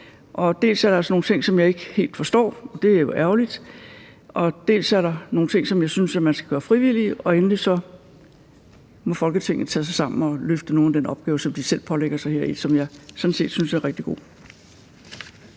Dels er der altså nogle ting, som jeg ikke helt forstår – det er jo ærgerligt – dels er der nogle ting, som jeg synes man skal gøre frivillige. Og endelig må Folketinget tage sig sammen og løfte nogle af de opgaver, som de pålægger sig selv heri, og som jeg sådan set synes er rigtig gode.